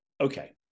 Okay